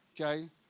okay